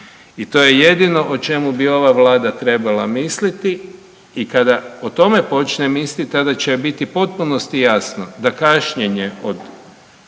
I to je jedino o čemu bi ova Vlada trebala misliti i kada počne misliti, tada će joj biti u potpunosti jasno da kašnjenje od